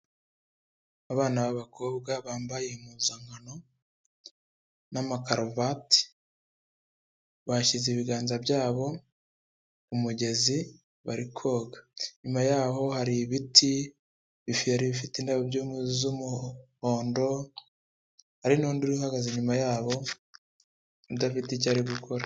Abana b'abakobwa bambaye impuzankano n'amakaruvati, bashyize ibiganza byabo umugezi bari koga, inyuma y'aho hari ibiti biferi bifite indabyo z'umuhondo, hari n'undi uhagaze inyuma yabo udafite icyo ari gukora.